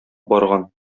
барган